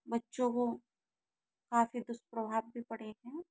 बच्चों को काफ़ी दुष्प्रभाव भी पड़े हैं